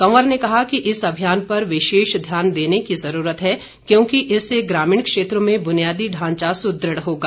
कंवर ने कहा कि इस अभियान पर विशेष ध्यान देने की जरूरत है क्योंकि इससे ग्रामीण क्षेत्रों में बुनियादी ढांचा सुदृढ़ होगा